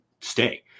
stay